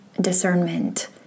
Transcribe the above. discernment